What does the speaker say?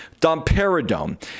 domperidone